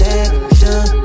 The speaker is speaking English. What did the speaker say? action